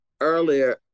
earlier